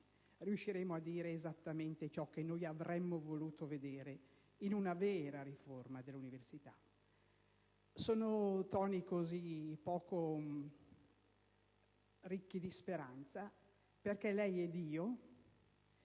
empatici a dire esattamente ciò che avremmo voluto vedere in una vera riforma dell'università. Sono toni così poco ricchi di speranza perché lei ed io,